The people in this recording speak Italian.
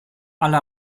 alla